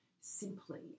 simply